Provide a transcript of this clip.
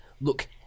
Look